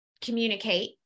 communicate